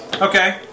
Okay